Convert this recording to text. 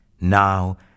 Now